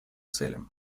целям